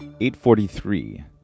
843